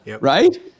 Right